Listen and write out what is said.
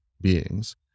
beings